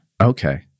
Okay